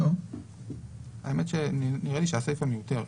נראה לי שהסיפא מיותרת,